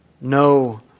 no